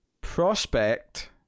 Prospect